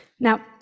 Now